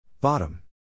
Bottom